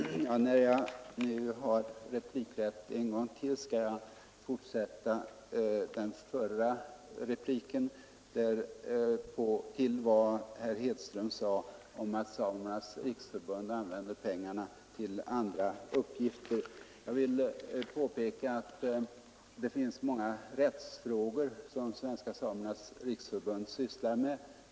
Herr talman! När jag nu har replikrätt en gång till skall jag fortsätta den förra repliken och ta upp vad herr Hedström sade om att Svenska samernas riksförbund använde pengarna till andra uppgifter än de som borde ifrågakomma. Jag vill påpeka att det finns många rättsfrågor som Svenska samernas riksförbund sysslar med.